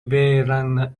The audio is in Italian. vehrehan